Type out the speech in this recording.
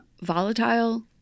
volatile